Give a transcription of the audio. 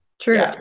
True